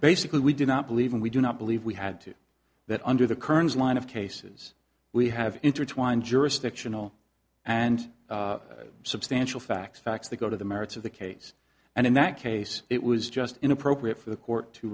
basically we do not believe and we do not believe we had to that under the current line of cases we have intertwined jurisdictional and substantial facts facts that go to the merits of the case and in that case it was just inappropriate for the court to